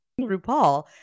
RuPaul